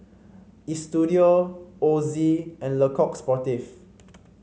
Istudio Ozi and Le Coq Sportif